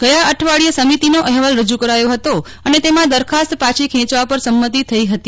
ગયા અઠવાડિયે સમ્મિતિનો અહેવાલ રજૂ કરાયો હતો અને તેમાં દરખાસ્ત પાછી ખેંચવા પર સંમતિ થઇ હતી